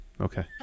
Okay